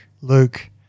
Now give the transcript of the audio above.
Luke